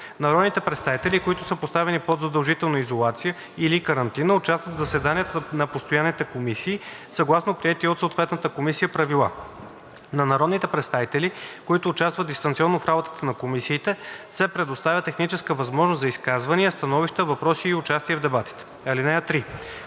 Народните представители, които са поставени под задължителна изолация или карантина, участват в заседанията на постоянните комисии съгласно приети от съответната комисия правила. На народните представители, които участват дистанционно в работата на комисиите, се предоставя техническа възможност за изказвания, становища, въпроси и участие в дебатите. (3)